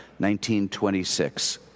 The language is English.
1926